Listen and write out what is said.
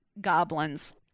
goblins